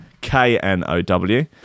K-N-O-W